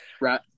right